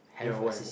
yeah why